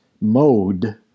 mode